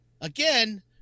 again